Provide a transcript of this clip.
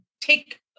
take